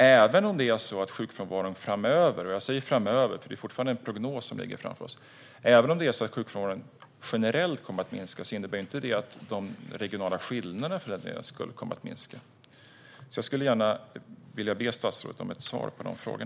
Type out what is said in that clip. Även om frånvaron kommer att minska generellt framöver - jag säger "framöver" eftersom det är en prognos - innebär det inte att de regionala skillnaderna kommer att minska. Jag skulle vilja be statsrådet om ett svar på dessa frågor.